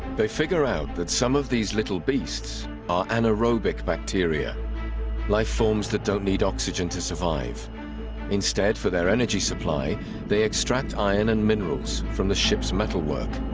they figure out that some of these little beasts are anaerobic bacterial life forms that don't need oxygen to survive instead for their energy supply they extract iron and minerals from the ship's metal work